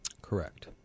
Correct